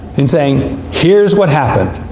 in saying, here's what happened.